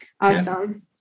awesome